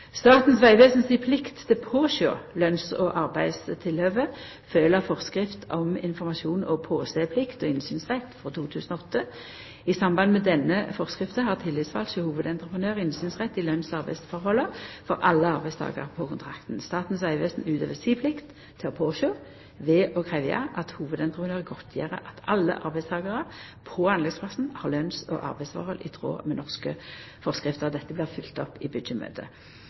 Statens vegvesen si plikt til å føra tilsyn med lønns- og arbeidstilhøve følgjer av Forskrift om informasjons- og påseplikt og innsynsrett frå 2008. I samband med denne føresegna har tillitsvald hjå hovudentreprenør innsynsrett i lønns- og arbeidstilhøva for alle arbeidstakarar på kontrakten. Statens vegvesen utøver si plikt til å kontrollera ved å krevja at hovudentreprenør godtgjer at alle arbeidstakarane på anleggsplassen har lønns- og arbeidstilhøve i tråd med norske føresegner. Dette blir følgt opp i